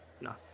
No